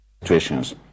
situations